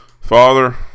Father